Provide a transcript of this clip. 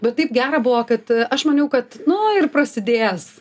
bet taip gera buvo kad aš maniau kad nu ir prasidės